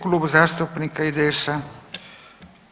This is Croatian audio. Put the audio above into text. Klub zastupnika IDS-a.